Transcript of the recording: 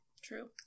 true